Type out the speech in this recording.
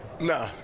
No